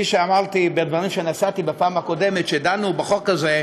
כפי שאמרתי בדברים שנשאתי בפעם הקודמת כשדנו בחוק הזה,